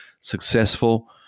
successful